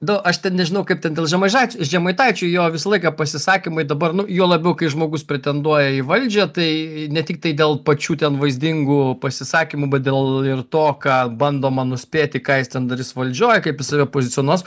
nu aš ten nežinau kaip ten dėl žemaišai žemaitaičio jo visą laiką pasisakymai dabar nu juo labiau kai žmogus pretenduoja į valdžią tai ne tiktai dėl pačių ten vaizdingų pasisakymų bet dėl ir to ką bandoma nuspėti ką jis ten darys valdžioj kaip jis save pozicionuos